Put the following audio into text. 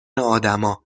آدما